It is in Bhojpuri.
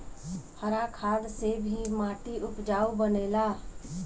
हरा खाद से भी माटी उपजाऊ बनेला